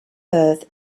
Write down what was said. earth